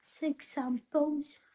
examples